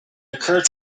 occurred